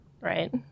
Right